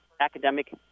academic